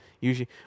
Usually